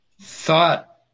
thought